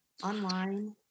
Online